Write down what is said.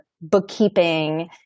bookkeeping